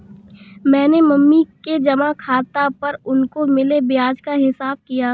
मैंने मम्मी के जमा खाता पर उनको मिले ब्याज का हिसाब किया